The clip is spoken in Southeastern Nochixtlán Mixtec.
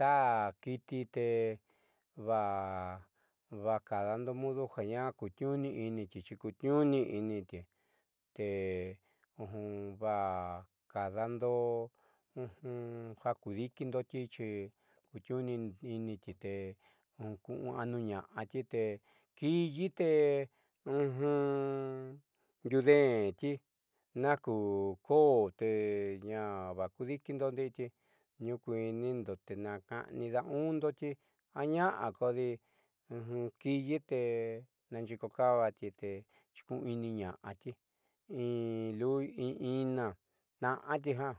Ta kiiti te va vajkadando mudo ja a kutniuuni'initi xi kutniuuni'initi te vaa kadando ja kudikindoti xi kutniuuni'initi te kuunuanuña'ati te kiiyii te ndiudeenti naku koó te ñaa yajkudiikindotitniuu kuinindo te na kaani daundoti te kuui'iniña'ati in inina tnaáti ja